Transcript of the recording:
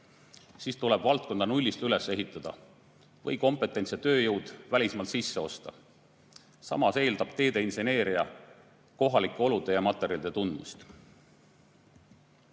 siis tuleb hakata valdkonda nullist üles ehitama või kompetentne tööjõud välismaalt sisse osta. Samas eeldab teeinseneeria kohalike olude ja materjalide